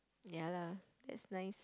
ya lah that's nice